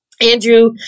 Andrew